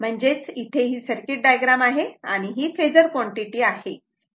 म्हणजेच इथे ही सर्किट डायग्राम आहे आणि ही फेजर कॉन्टिटी आहे